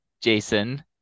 Jason